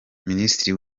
minisitiri